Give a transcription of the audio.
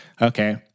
Okay